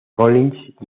collins